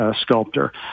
sculptor